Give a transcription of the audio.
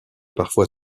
parfois